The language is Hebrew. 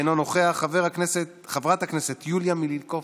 אינו נוכח, חברת הכנסת יוליה מלינובסקי,